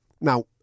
Now